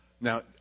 Now